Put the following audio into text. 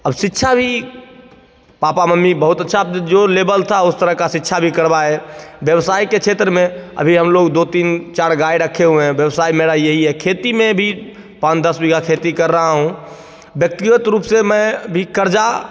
अब शिक्षा भी पापा मम्मी बहुत अच्छा जो लेबल था उस तरह का शिक्षा भी करवाए व्यवसाय के क्षेत्र में अभी हम लोग दो तीन चार गाय रखे हुएँ हैं व्यवसाय मेरा यही है खेती में भी पाँच दस बीघा खेती कर रहा हूँ व्यक्तिगत रूप से मैं भी क़र्ज़ा